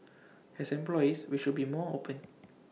as employees we should be more open